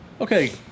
Okay